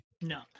no